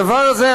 הדבר הזה,